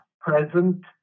present